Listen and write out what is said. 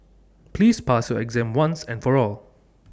please pass your exam once and for all